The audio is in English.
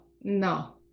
no